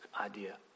idea